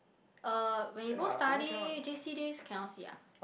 uh when you go study J_C days cannot see ah